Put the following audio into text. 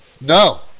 No